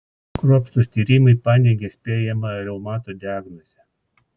kruopštūs tyrimai paneigė spėjamą reumato diagnozę